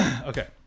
Okay